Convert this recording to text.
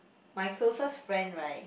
my closest friend right